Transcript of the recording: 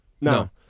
No